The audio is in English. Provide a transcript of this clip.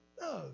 no